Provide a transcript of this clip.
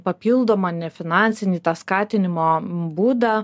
papildomą nefinansinį tą skatinimo būdą